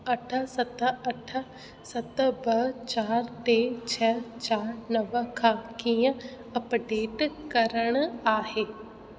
अठ सत अठ सत ॿ चारि टे छ चारि नव खां कीअं अपडेट करण आहे